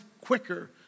quicker